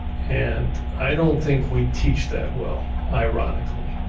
and i don't think we teach that well, ironically,